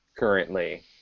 Currently